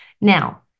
Now